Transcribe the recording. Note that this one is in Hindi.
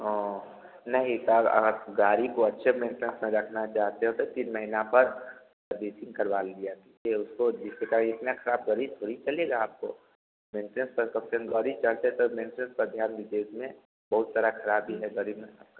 नहीं सर अगर गाड़ी को अच्छे मेंटिनेंस में रखना चाहते हैं तो तीन महीना पर सर्विसिंग करवा लीजिए कि उसको इतना खराब करीब करीब चल लेगा आपको मेंटिनेंस चाहते तो मेंटिनेंस पर ध्यान दीजिए इसमें बहुत सारा खराबी है गाड़ी में आपका